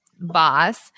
boss